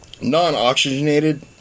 non-oxygenated